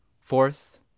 Fourth